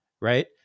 Right